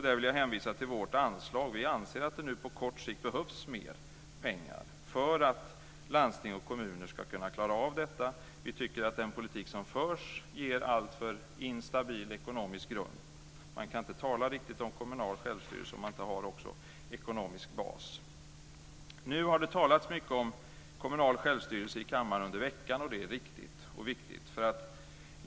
Där vill jag hänvisa till vårt anslag. Vi anser att det nu på kort sikt behövs mer pengar för att landsting och kommuner ska kunna klara av detta. Vi tycker att den politik som förs ger alltför instabil ekonomisk grund. Man kan inte tala om kommunal självstyrelse om man inte har en ekonomisk bas. Nu har det i kammaren under veckan talats mycket om kommunal självstyrelse, och det är riktigt och viktigt.